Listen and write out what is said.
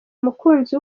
umukunzi